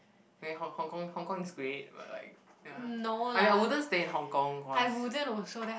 okay Hong~ Hong-Kong Hong-Kong is great but like ya I mean I wouldn't stay in Hong-Kong of course